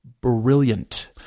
Brilliant